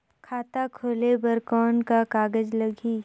खाता खोले बर कौन का कागज लगही?